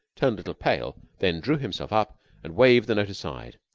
turned a little pale, then drew himself up and waved the note aside.